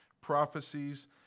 prophecies